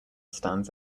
stands